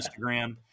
Instagram